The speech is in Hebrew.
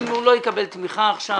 אם הוא לא יקבל תמיכה עכשיו,